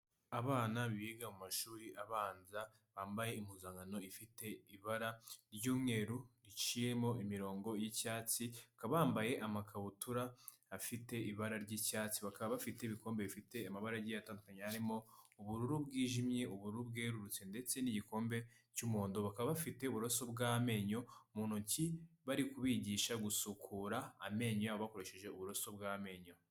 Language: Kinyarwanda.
Abana biga mu mashuri abanza bambaye impuzankano ifite ibara ry'umweru riciyemo imirongo y'icyatsi baka bambaye amakabutura afite ibara ry'icyatsi bakaba bafite ibikombe bifite amabara agiye atandukanye harimo ubururu bwijimye ubururu bwerurutse ndetse n'igikombe cy'umuhondo bakaba bafite uburoso bw'amenyo mu ntoki bari kubigisha gusukura amenyo yabo bakoresheje uburoso bw'amenyo.